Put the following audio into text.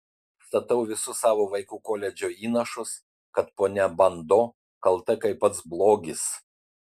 statau visus savo vaikų koledžo įnašus kad ponia bando kalta kaip pats blogis